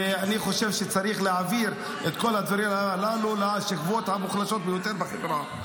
ואני חושב שצריך להעביר את כל הדברים הללו לשכבות המוחלשות ביותר בחברה,